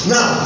Now